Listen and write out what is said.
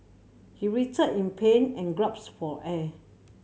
he writhed in pain and for air